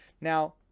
Now